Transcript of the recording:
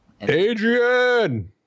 Adrian